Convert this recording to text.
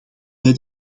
bij